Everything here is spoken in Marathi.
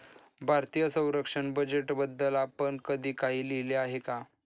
भारतीय संरक्षण बजेटबद्दल आपण कधी काही लिहिले आहे का?